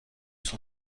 son